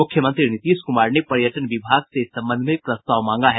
मुख्यमंत्री नीतीश कुमार ने पर्यटन विभाग से इस संबंध में प्रस्ताव मांगा है